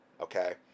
Okay